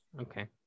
Okay